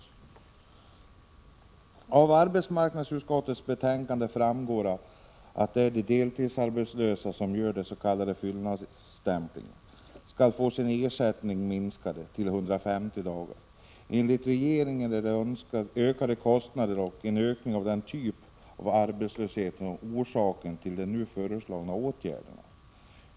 Av arbetsmarknadsutskottets betänkande framgår att de deltidsarbetslösa som gör s.k. fyllnadsstämpling skall få sina ersättningsdagar minskade till 150. Enligt regeringen är de ökade kostnaderna och en ökning av denna typ av arbetslöshet orsak till den nu föreslagna åtgärden.